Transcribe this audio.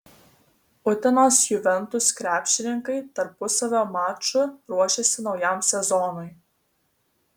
utenos juventus krepšininkai tarpusavio maču ruošiasi naujam sezonui